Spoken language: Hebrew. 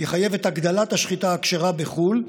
יחייב את הגדלת השחיטה הכשרה בחו"ל,